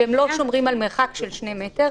והם לא שומרים על מרחק של 2 מטרים,